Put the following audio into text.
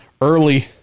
early